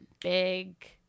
big